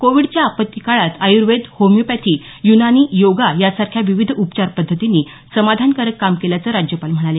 कोविडच्या आपत्ती काळात आयुर्वेद होमिओपॅथी युनानी योगा यासारख्या विविध उपचार पद्धतींनी समाधानकारक काम केल्याचं राज्यपाल म्हणाले